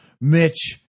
Mitch